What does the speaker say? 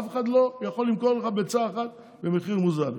אף אחד לא יכול למכור לך ביצה אחת במחיר מוזל.